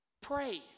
Pray